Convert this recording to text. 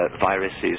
viruses